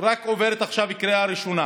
עוברת עכשיו רק בקריאה ראשונה.